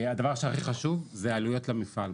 הדבר שהכי חשוב זה העלויות למפעל.